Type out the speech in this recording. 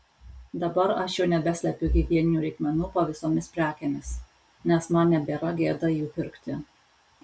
dabar aš jau nebeslepiu higieninių reikmenų po visomis prekėmis nes man nebėra gėda jų pirkti